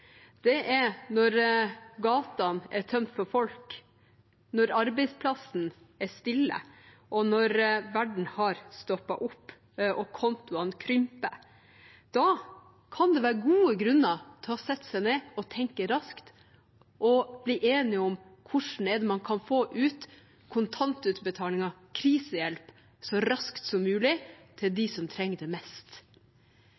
Det er når gatene er tømt for folk, når arbeidsplassen er stille, når verden har stoppet opp og kontoene krymper. Da kan det være gode grunner til å sette seg ned og tenke raskt og bli enige om hvordan man kan få ut kontantutbetalinger og krisehjelp så raskt som mulig til